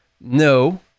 No